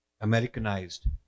Americanized